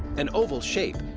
an oval shape,